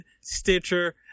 Stitcher